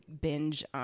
binge